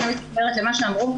פה אני מתחברת למה שאמרו,